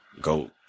go